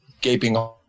gaping